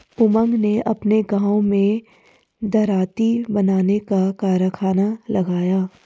उमंग ने अपने गांव में दरांती बनाने का कारखाना लगाया